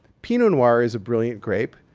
pinot noir is a brilliant grape,